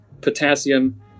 potassium